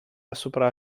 asupra